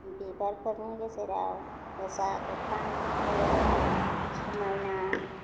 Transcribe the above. बिबारफोरनि गेजेराव गोजा गोथां गुफुर समायना